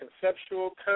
conceptual